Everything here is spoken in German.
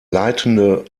leitende